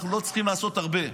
אנחנו לא צריכים לעשות הרבה.